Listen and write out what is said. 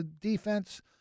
defense